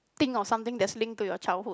think of something that's linked to your childhood